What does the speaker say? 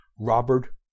Robert